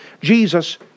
Jesus